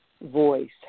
voice